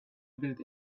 built